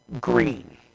green